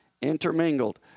intermingled